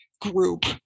group